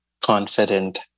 confident